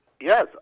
Yes